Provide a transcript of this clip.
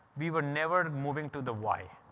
we were never moving to the y.